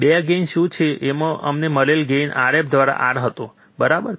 2 gain શું છે એમાં અમને મળેલ ગેઇન Rf દ્વારા R હતો બરાબર